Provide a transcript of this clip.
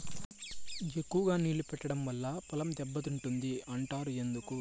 ఎక్కువగా నీళ్లు పెట్టడం వల్ల పొలం దెబ్బతింటుంది అంటారు ఎందుకు?